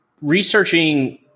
researching